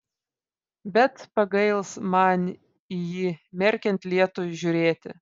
bet pagails man į jį merkiant lietui žiūrėti